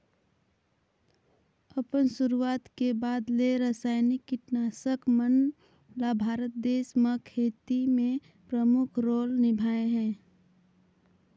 अपन शुरुआत के बाद ले रसायनिक कीटनाशक मन ल भारत देश म खेती में प्रमुख रोल निभाए हे